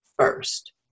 first